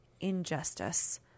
injustice